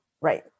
right